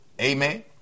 Amen